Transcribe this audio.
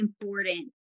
important